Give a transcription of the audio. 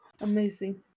Amazing